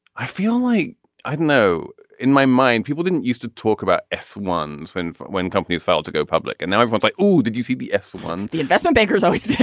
i feel like i know in my mind people didn't used to talk about s once when when companies filed to go public. and now everyone's like oh did you see the s one. the investment bankers always.